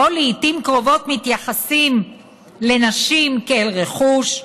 שבו לעיתים קרובות מתייחסים לנשים כאל רכוש,